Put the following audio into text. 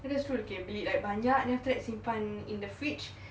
that's true beli like banyak then after that simpan in the fridge